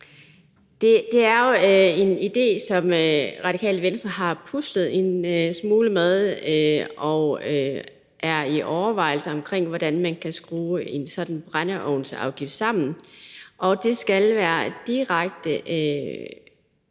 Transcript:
Det er jo en idé, som Radikale Venstre har puslet en smule med, og vi er i gang med overvejelser om, hvordan vi kan skrue en sådan brændeovnsafgift sammen. Den skal være direkte